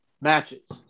matches